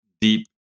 deep